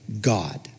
God